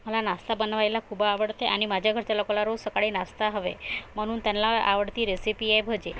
मला नास्ता बनवायला खूप आवडते आणि माझ्या घरच्या लोकाला रोज सकाळी नास्ता हवा आहे म्हणून त्यांना आवडती रेसिपी आहे भजे